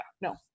no